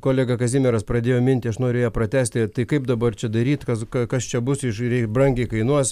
kolega kazimieras pradėjo mintį aš noriu ją pratęsti tai kaip dabar čia daryt ka kas čia bus žiūrėk brangiai kainuos